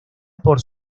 por